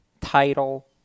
title